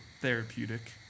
therapeutic